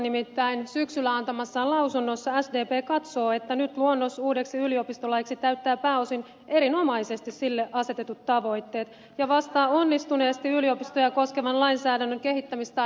nimittäin syksyllä antamassaan lausunnossa sdp katsoo että nyt luonnos uudeksi yliopistolaiksi täyttää pääosin erinomaisesti sille asetetut tavoitteet ja vastaa onnistuneesti yliopistoja koskevan lainsäädännön kehittämistarpeisiin